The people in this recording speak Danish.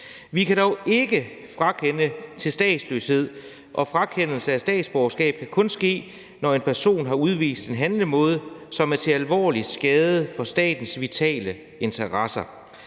Vi kan dog ikke frakende til statsløshed, og frakendelse af statsborgerskab kan kun ske, når en person har udvist en handlemåde, som er til alvorlig skade for statens vitale interesser.